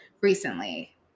recently